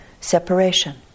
separation